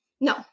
No